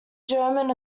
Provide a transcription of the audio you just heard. german